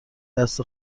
دست